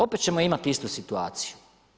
Opet ćemo imati istu situaciju.